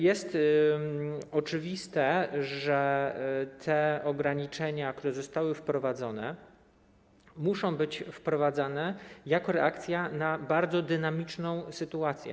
Jest oczywiste, że ograniczenia, które zostały wprowadzone, muszą być wprowadzane jako reakcja na bardzo dynamiczną sytuację.